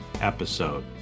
episode